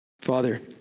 Father